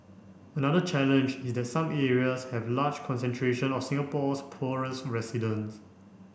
another challenge is that some areas have large concentration of Singapore's poorest resident